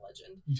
legend